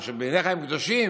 שבעיניך הם קדושים,